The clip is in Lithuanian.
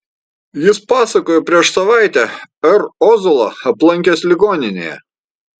jis pasakojo prieš savaitę r ozolą aplankęs ligoninėje